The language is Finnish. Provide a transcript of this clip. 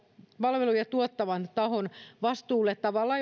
palveluja tuottavan tahon vastuulle tavalla